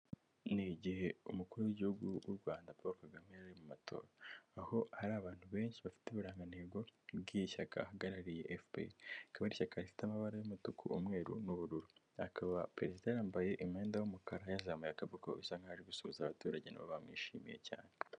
Ni igihe umukuru w'igihugu w'u Rwanda Paul Kagame, yari ari mu matora, aho hari abantu benshi bafite uburangantego bw'iri shyaka ahagarariye FPR, akaba ari ishyaka rifite amabara y'umutuku, umweru n'ubururu, akaba Perezida yambaye imyenda y'umukara yazamuye akaboko, bisa nk'aho ari gusuhuza abaturage, na bo bamwishimiye cyane.